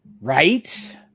Right